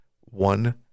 one